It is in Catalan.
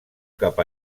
cap